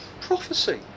prophecy